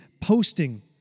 posting